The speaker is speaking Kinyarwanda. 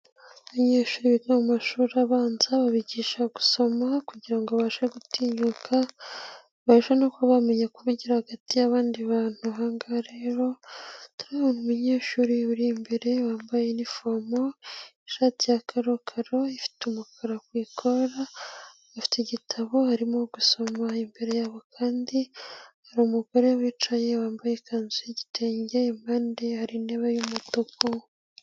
Abanyeshuri biga mu mashuri abanza babigisha gusoma kugirango abashe gutinyuka, ejo ni bamenya ko bavugira hagati y'abandi bantu. Ahangaha rero hari umunyeshuri uri imbere wambaye nifomo ishati ya karokaro ifite umukara kwikora bafite igitabo barimo gusoma, imbere yabo kandi hari umugore wicaye wambaye ikanzu y'igitenge impande hari intebe y'umutuku.